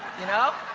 you know.